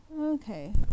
okay